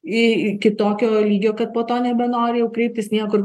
y iki tokio lygio kad po to nebenori jau kreiptis niekur